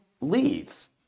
leave